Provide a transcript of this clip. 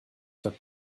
took